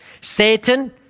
Satan